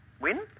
win